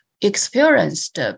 experienced